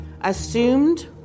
assumed